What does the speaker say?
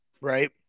right